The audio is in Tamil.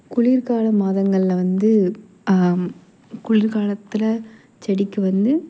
குளிர்கால மாதங்களில் வந்து குளிர்காலத்தில் செடிக்கு வந்து